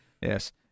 yes